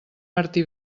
martí